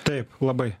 taip labai